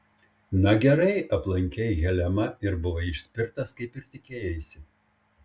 na gerai aplankei helemą ir buvai išspirtas kaip ir tikėjaisi